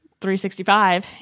365